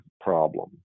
problem